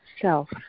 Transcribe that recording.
self